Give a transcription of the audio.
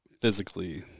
physically